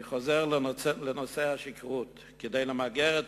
אני חוזר לנושא השכרות: כדי למגר את